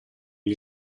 gli